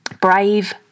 brave